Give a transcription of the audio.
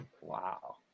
Wow